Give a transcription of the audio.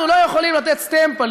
אנחנו לא יכולים לתת סטמפה,